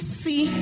see